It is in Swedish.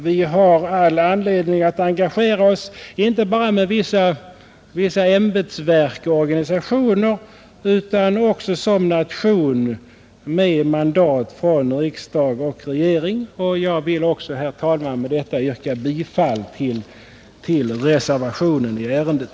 Vi har all anledning att engagera oss inte bara med vissa ämbetsverk och organisationer utan också som nation med mandat från riksdag och regering. Jag vill, herr talman, med detta yrka bifall till reservationen i ärendet.